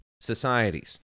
societies